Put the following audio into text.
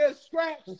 scratch